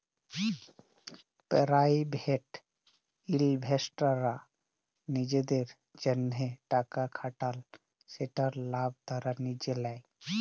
private ইলভেস্টাররা লিজেদের জ্যনহে টাকা খাটাল যেটর লাভ তারা লিজে লেই